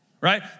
Right